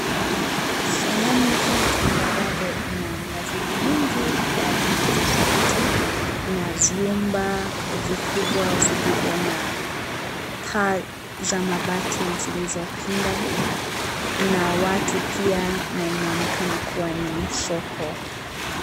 Sehemu hii tambarare ina miavuli mingi ya rangi tofauti na vyumba vikubwa vilivyo na paa za mabati zilizopinda, ina watu pia na kunaonekana kuwa ni soko.